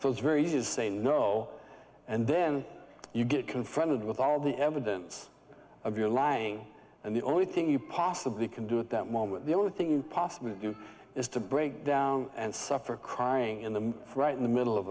so it's very easy is saying no and then you get confronted with all the evidence of your lying and the only thing you possibly can do at that moment the only thing you possibly do is to break down and suffer crying in them right in the middle of